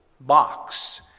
box